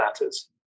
matters